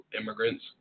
immigrants